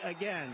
again